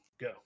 Go